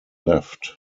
left